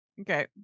Okay